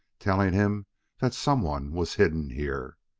telling him that someone was hidden here.